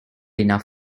enough